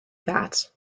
that